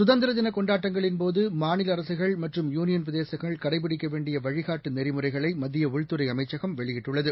சுதந்திரதின கொண்டாட்டங்களின் போது மாநில அரசுகள் மற்றும் யூனியன் பிரதேசங்கள் கடைபிடிக்க வேண்டிய வழிகாட்டு நெறிமுறைகளை மத்திய உள்துறை அமைச்சகம் வெளியிட்டுள்ளது